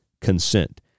consent